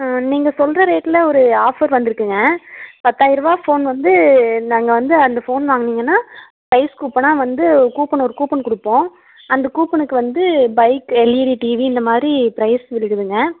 நீங்கள் சொல்கிற ரேட்டில் ஒரு ஆஃபர் வந்திருக்குங்க பத்தாயிரம் ரூபா ஃபோன் வந்து நாங்கள் வந்து அந்த ஃபோன் வாங்குனீங்கன்னால் ப்ரைஸ் கூப்பனால் வந்து கூப்பன் ஒரு கூப்பன் கொடுப்போம் அந்தக் கூப்பனுக்கு வந்து பைக் எல்இடி டிவி இந்தமாதிரி ப்ரைஸ் விழுகுதுங்க